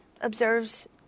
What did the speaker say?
observes